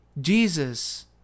Jesus